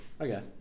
Okay